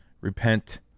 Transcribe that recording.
repent